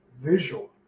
visual